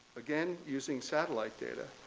again using satellite data,